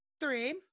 three